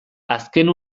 azken